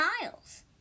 miles